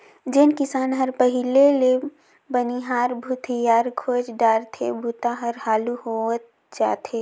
जेन किसान हर पहिले ले बनिहार भूथियार खोएज डारथे बूता हर हालू होवय जाथे